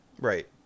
Right